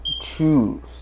choose